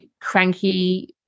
cranky